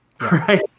Right